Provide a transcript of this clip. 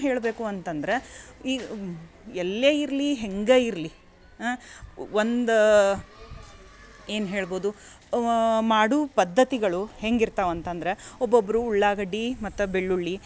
ಹೇಳಬೇಕು ಅಂತಂದರೆ ಈ ಎಲ್ಲೇ ಇರಲಿ ಹೆಂಗೇ ಇರಲಿ ಒಂದು ಏನು ಹೇಳ್ಬೋದು ಮಾಡೋ ಪದ್ಧತಿಗಳು ಹೆಂಗೆ ಇರ್ತವೆ ಅಂತಂದ್ರೆ ಒಬ್ಬೊಬ್ಬರು ಉಳ್ಳಾಗಡ್ಡೆ ಮತ್ತು ಬೆಳ್ಳುಳ್ಳಿ